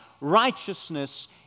righteousness